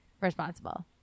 responsible